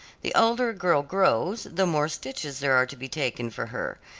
the older a girl grows the more stitches there are to be taken for her,